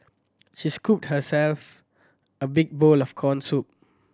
she scooped herself a big bowl of corn soup